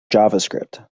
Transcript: javascript